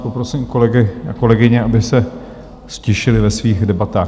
Poprosím kolegy a kolegyně, aby se ztišili ve svých debatách.